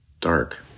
dark